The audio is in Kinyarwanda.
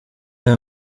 aya